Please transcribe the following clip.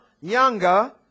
younger